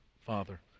Father